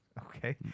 Okay